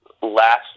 last